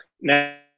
Now